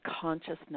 consciousness